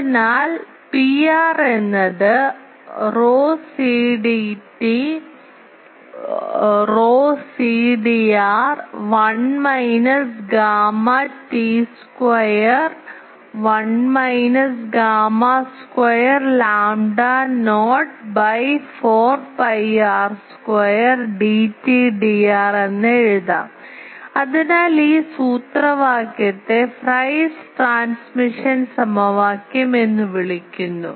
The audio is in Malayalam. അതിനാൽ Pr എന്നത്ρcdt ρcdr 1 minus gamma t square 1 minus gamma square lambda not by 4 pi R square Dt Dr എന്ന് എഴുതാം അതിനാൽ ഈ സൂത്രവാക്യത്തെ ഫ്രൈസ് ട്രാൻസ്മിഷൻ സമവാക്യം എന്ന് വിളിക്കുന്നു